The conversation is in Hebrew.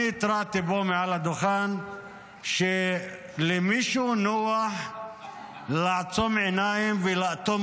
התרעתי מעל הדוכן פה שלמישהו נוח לעצום עיניים ולאטום